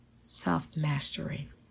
self-mastery